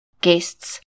guests